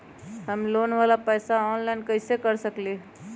हम लोन वाला पैसा ऑनलाइन कईसे दे सकेलि ह?